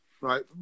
right